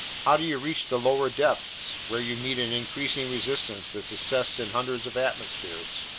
how do you reach the lower depths, where you meet an increasing resistance that's assessed in hundreds of atmospheres?